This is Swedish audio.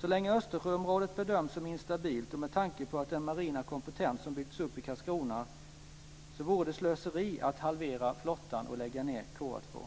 Så länge Östersjöområdet bedöms som instabilt och med tanke på den marina kompetens som byggts upp i Karlskrona så vore det slöseri att halvera flottan och lägga ned KA 2.